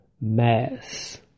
mass